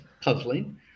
puzzling